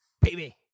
Baby